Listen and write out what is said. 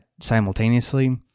simultaneously